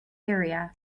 area